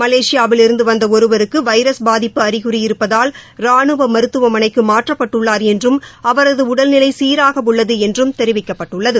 மலேஷியாவில் இருந்து வந்த ஒருவருக்கு வைரஸ் பாதிப்பு அறிகுறி இருப்பதால் ரானுவ மருத்துவமனைக்கு மாற்றப்பட்டுள்ளார் என்றும் அவரது உள்ளது என்றும் தெரிவிக்கப்பட்டுள்ளது